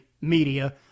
media